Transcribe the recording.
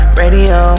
radio